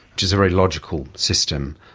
which is a very logical system,